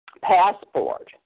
passport